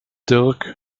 dirk